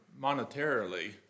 monetarily